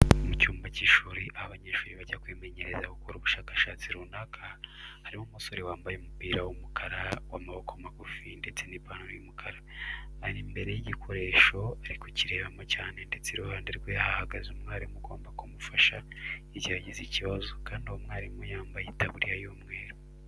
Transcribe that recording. Mu cyumba cy'ishuri aho abanyeshuri bajya kwimenyereza gukora ubushakashatsi runaka, harimo umusore wambaye umupira w'umukara w'amaboko magufi ndetse n'ipantaro y'umukara. Ari imbere y'igikoresho ari kukirebamo cyane ndetse iruhande rwe hahagaze umwarimu ugomba kumufasha igihe agize ikibazo kandi uwo mwarimu yambaye itaburiya y'umweru.